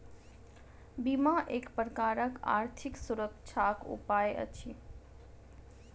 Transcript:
बीमा एक प्रकारक आर्थिक सुरक्षाक उपाय अछि